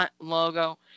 logo